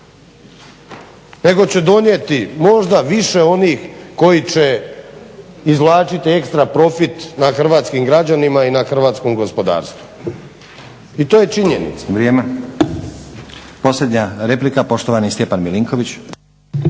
nego će donijeti možda više onih koji će izvlačiti ekstra profit na hrvatskim građanima i na hrvatskom gospodarstvu. I to je činjenica.